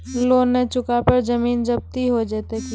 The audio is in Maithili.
लोन न चुका पर जमीन जब्ती हो जैत की?